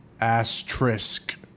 Asterisk